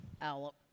Al